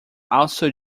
also